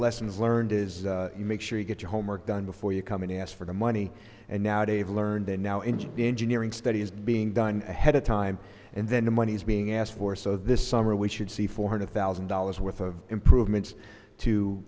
lessons learned is to make sure you get your homework done before you come in and ask for the money and now they've learned they're now in engineering studies being done ahead of time and then the money's being asked for so this summer we should see four hundred thousand dollars worth of improvements to